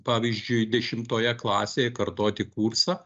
pavyzdžiui dešimtoje klasėje kartoti kursą